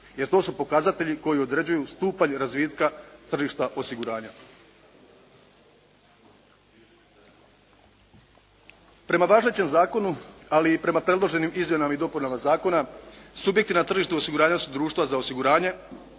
jer to su pokazatelji koji određuju stupanj razvitka tržišta osiguranja. Prema važećem zakonu, ali i prema predloženim izmjenama i dopunama zakona subjekti na tržištu osiguranja su društva za osiguranje